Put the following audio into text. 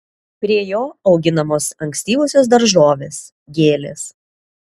prie jo auginamos ankstyvosios daržovės gėlės